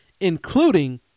including